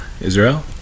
Israel